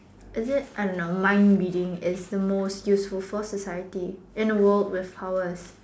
is it I don't know mind reading is the most useful for society in the world with powers